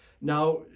Now